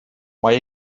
mae